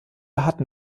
hatten